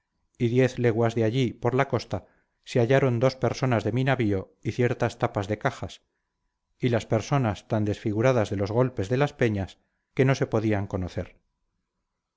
diez leguas de allí por la costa se hallaron dos personas de mi navío y ciertas tapas de cajas y las personas tan desfiguradas de los golpes de las peñas que no se podían conocer